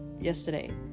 yesterday